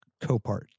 Copart